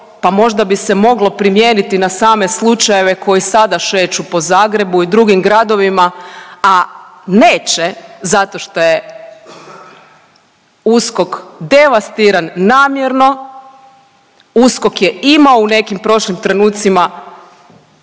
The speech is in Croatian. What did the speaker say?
Pa možda bi se moglo primijeniti na same slučajeve koji sada šeću po Zagrebu i drugim gradovima, a neće zato šta je USKOK devastiran namjerno. USKOK je imao u nekim prošlim trenucima